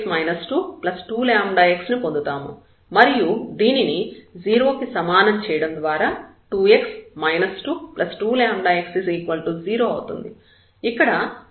మనం 2 x 22 λx ను పొందుతాము మరియు దీనిని 0 కి సమానం చేయడం ద్వారా 2 x 22λ x 0 అవుతుంది